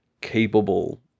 capable